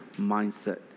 mindset